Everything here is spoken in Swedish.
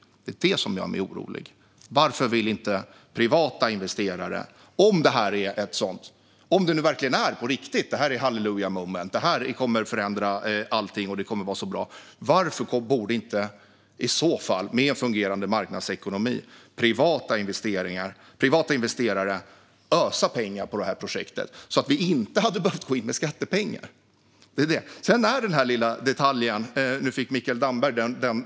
Om detta nu verkligen på riktigt är ett hallelujah moment, som kommer att förändra allting och vara så bra, borde inte i så fall i en fungerande marknadsekonomi privata investerare ösa pengar över projektet, så att vi inte behövde gå in med skattepengar? Jag vill ställa samma fråga till Martin Ådahl som jag ställde till Mikael Damberg.